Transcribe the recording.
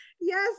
yes